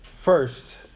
First